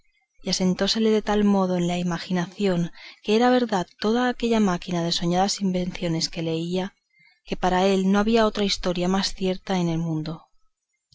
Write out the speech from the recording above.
y asentósele de tal modo en la imaginación que era verdad toda aquella máquina de aquellas sonadas soñadas invenciones que leía que para él no había otra historia más cierta en el mundo